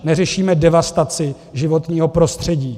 Neřešíme devastaci životního prostředí.